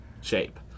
shape